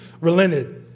relented